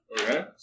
Okay